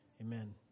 Amen